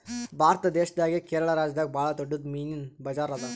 ಭಾರತ್ ದೇಶದಾಗೆ ಕೇರಳ ರಾಜ್ಯದಾಗ್ ಭಾಳ್ ದೊಡ್ಡದ್ ಮೀನಿನ್ ಬಜಾರ್ ಅದಾ